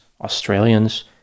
Australians